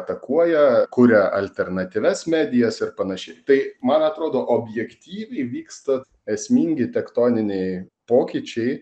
atakuoja kuria alternatyvias medijas ir panašiai tai man atrodo objektyviai vyksta esmingi tektoniniai pokyčiai